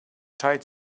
tight